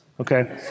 Okay